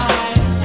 eyes